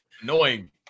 Annoying